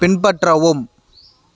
பின்பற்றவும்